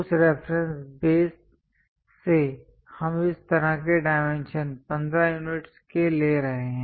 उस reference base से हम इस तरह के डायमेंशन 15 यूनिट्स के ले रहे हैं